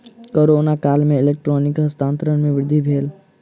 corona काल में electronic हस्तांतरण में वृद्धि भेल